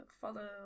follow